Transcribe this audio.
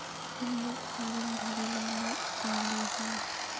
हम्मर फारम भरे ला न आबेहय?